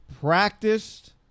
practiced